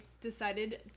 decided